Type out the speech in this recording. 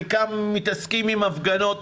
חלקם מתעסקים עם הפגנות,